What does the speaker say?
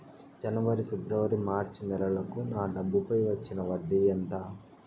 జనవరి, ఫిబ్రవరి, మార్చ్ నెలలకు నా డబ్బుపై వచ్చిన వడ్డీ ఎంత